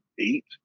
eight